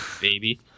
baby